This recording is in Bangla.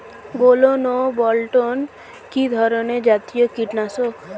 গোলন ও বলটন কি ধরনে জাতীয় কীটনাশক?